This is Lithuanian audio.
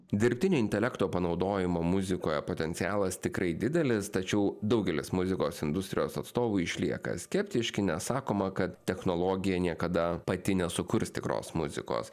dirbtinio intelekto panaudojimo muzikoje potencialas tikrai didelis tačiau daugelis muzikos industrijos atstovų išlieka skeptiški nes sakoma kad technologija niekada pati nesukurs tikros muzikos